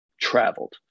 traveled